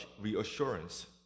reassurance